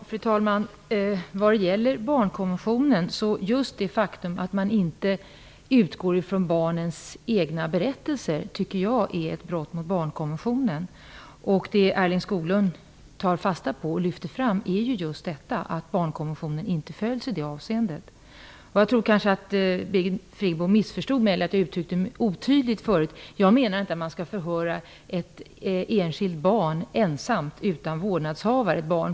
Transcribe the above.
Fru talman! Just det faktum att man inte utgår från barnens egna berättelser anser jag är ett brott mot barnkonventionen. Det som Erling Skoglund tar fasta på och lyfter fram är just att barnkonventionen inte följs i detta avseende. Birgit Friggebo kanske missförstod mig eller också uttryckte jag mig otydligt tidigare. Jag menar inte att man skall förhöra ett enskilt 5 eller 6-årigt barn ensamt utan vårdnadshavarens närvaro.